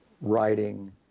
writing